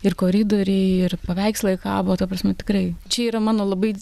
ir koridoriai ir paveikslai kabo ta prasme tikrai čia yra mano labai